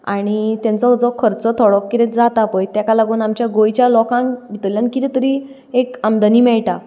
आनी तेंचो जो खर्चो थोडो कितें जाता पळय तेका लागून आमच्या गोंयच्या लोकांक भितरल्यान कितें तरी एक आमदनी मेळटा